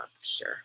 Sure